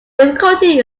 difficulty